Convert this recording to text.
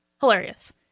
Hilarious